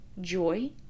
joy